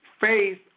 faith